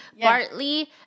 Bartley